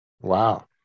Wow